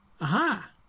Aha